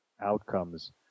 outcomes